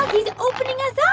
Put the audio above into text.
he's opening us